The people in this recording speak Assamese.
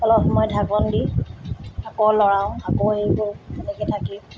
অলপ সময় ঢাকন দি আকৌ লৰাওঁ আকৌ হেৰি কৰোঁ তেনেকৈ থাকি